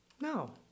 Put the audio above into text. No